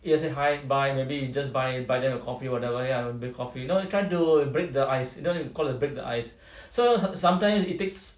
you guys say hi bye maybe you just buy buy them a coffee or whatever ya drink coffee you know you try to break the ice you know you call it break the ice so sometimes it takes